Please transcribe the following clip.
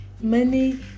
Money